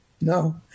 No